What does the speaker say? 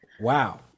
Wow